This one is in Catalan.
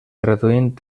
traduint